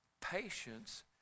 patience